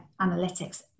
analytics